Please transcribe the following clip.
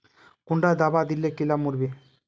कुंडा दाबा दिले कीड़ा मोर बे?